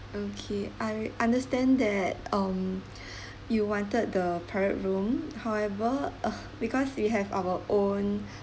okay I understand that um you wanted the private room however ah because we have our own